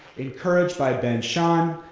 encouraged by ben shahn,